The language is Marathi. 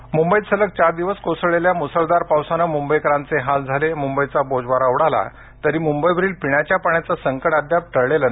मंबई पाणी मुंबईत सलग चार दिवस कोसळलेल्या मुसळधार पावसानं मुंबईकरांचे हाल झाले मुंबईचा बोजवारा उडाला तरी मुंबईवरील पिण्याच्या पाण्याचं संकट अजूनही टळलेल नाही